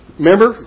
remember